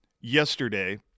yesterday